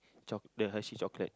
choc~ the Hershey's chocolate